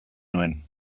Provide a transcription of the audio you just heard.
nuen